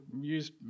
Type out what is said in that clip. use